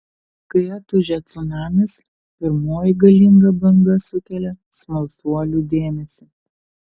kai atūžia cunamis pirmoji galinga banga sukelia smalsuolių dėmesį